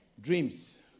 dreams